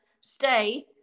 stay